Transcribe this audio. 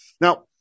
Now